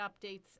updates